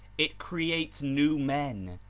it creates new men,